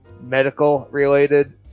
medical-related